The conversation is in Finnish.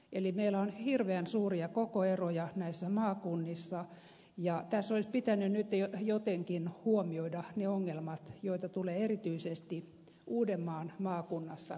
eli meillä on hirveän suuria kokoeroja näissä maakunnissa ja tässä olisi pitänyt nyt jotenkin huomioida ne ongelmat joita tulee erityisesti uudenmaan maakunnassa